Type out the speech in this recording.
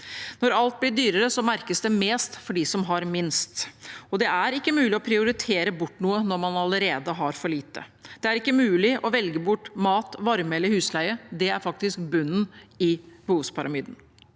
Når alt blir dyrere, merkes det mest for dem som har minst, og det er ikke mulig å prioritere bort noe når man allerede har for lite. Det er ikke mulig å velge bort mat, varme eller husleie. Det er faktisk bunnen i behovspyramiden.